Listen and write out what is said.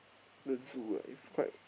the zoo ah is quite